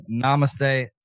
Namaste